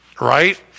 right